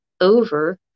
over